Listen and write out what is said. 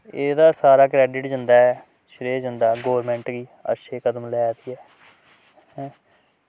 एह्दा सारा क्रैडिट जंदा ऐ श्रेय जंदा गौरमेंट गी अच्छे कदम लै दी ऐ